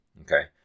okay